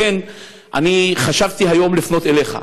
לכן חשבתי היום לפנות אליך,